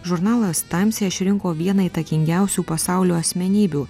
žurnalas taims ją išrinko viena įtakingiausių pasaulio asmenybių